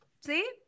See